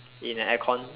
in an aircon